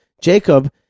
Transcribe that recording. Jacob